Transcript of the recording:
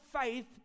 faith